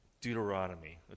Deuteronomy